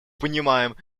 понимаем